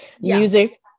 music